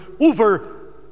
over